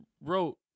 wrote